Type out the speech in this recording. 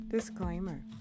disclaimer